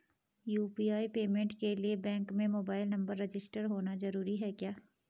UPI payment के लिए bank में मोबाइल नंबर रजिस्टर्ड होना जरूरी है क्या?